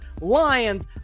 Lions